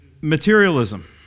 Materialism